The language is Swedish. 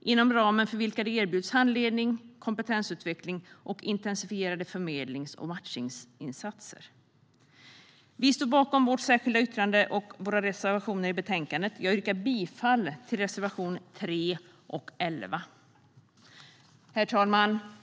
Inom ramen för anställningarna erbjuds handledning, kompetensutveckling och intensifierade förmedlings och matchningsinsatser. Vi står bakom vårt särskilda yttrande och reservationer i betänkandet. Jag yrkar bifall till reservationerna 3 och 11. Herr talman!